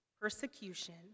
persecution